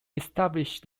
established